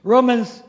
Romans